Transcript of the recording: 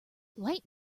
light